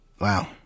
Wow